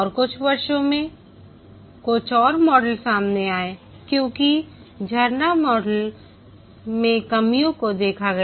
और कुछ वर्षों में कुछ और मॉडल सामने आए क्योंकि झरने मॉडल मे कमियों को देखा गया